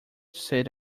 said